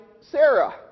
Sarah